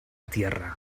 tierra